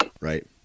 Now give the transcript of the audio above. Right